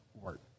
work